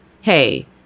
Hey